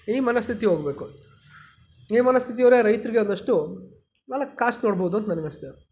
ಈ ಮನಸ್ಥಿತಿ ಹೋಗಬೇಕು ಈ ಮನಸ್ಥಿತಿ ಹೋದರೆ ರೈತರಿಗೆ ಒಂದಷ್ಟು ನಾಲ್ಕು ಕಾಸು ಮಾಡ್ಬೋದು ಅಂತ ನನಗನ್ನಿಸ್ತದೆ